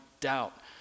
doubt